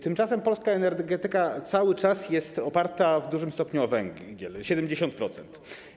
Tymczasem polska energetyka cały czas jest oparta w dużym stopniu na węglu - 70%.